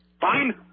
Fine